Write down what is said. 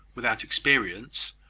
without experience,